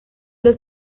los